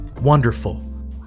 Wonderful